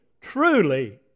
truly